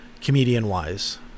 Comedian-wise